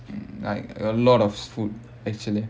mm like a lot of food actually